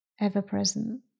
ever-present